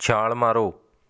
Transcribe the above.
ਛਾਲ ਮਾਰੋ